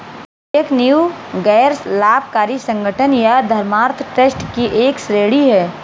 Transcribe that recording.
एक नींव गैर लाभकारी संगठन या धर्मार्थ ट्रस्ट की एक श्रेणी हैं